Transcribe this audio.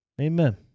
Amen